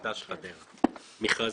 מכרזים.